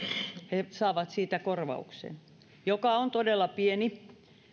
he saavat siitä korvauksen joka on todella pieni